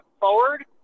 forward